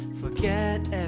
Forget